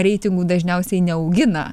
reitingų dažniausiai neaugina